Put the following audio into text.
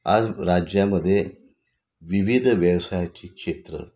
आज राज्यामध्ये विविध व्यवसायाची क्षेत्रं